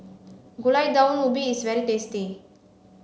gulai daun ubi is very tasty